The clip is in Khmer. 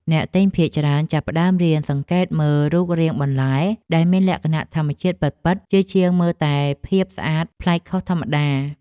អ្នកទិញភាគច្រើនចាប់ផ្តើមរៀនសង្កេតមើលរូបរាងបន្លែដែលមានលក្ខណៈធម្មជាតិពិតៗជាជាងមើលតែភាពស្អាតប្លែកខុសធម្មតា។